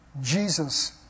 Jesus